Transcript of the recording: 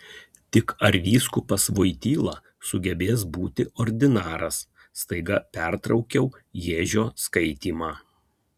tik ar vyskupas voityla sugebės būti ordinaras staiga pertraukiau ježio skaitymą